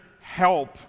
help